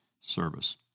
service